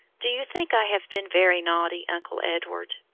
do you think i have been very naughty, uncle edward?